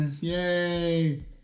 Yay